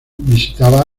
visitaba